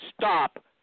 stop